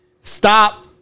Stop